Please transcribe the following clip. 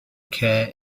care